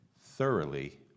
thoroughly